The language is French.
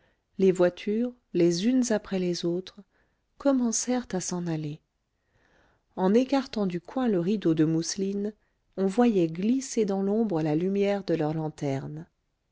les voitures les unes après les autres commencèrent à s'en aller en écartant du coin le rideau de mousseline on voyait glisser dans l'ombre la lumière de leurs lanternes